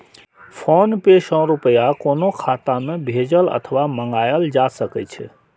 PhonePe सं रुपया कोनो खाता मे भेजल अथवा मंगाएल जा सकै छै